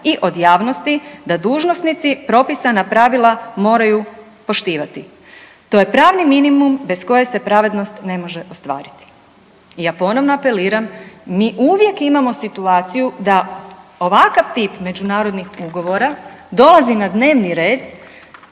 i od javnosti da dužnosnici propisana pravila moraju poštivati. To je pravni minimum bez koje se pravednost ne može ostvariti. I ja ponovno apeliram, mi uvijek imamo situaciju da ovakav tip međunarodnih ugovora dolazi na dnevni red